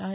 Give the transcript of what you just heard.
I